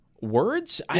Words